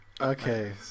okay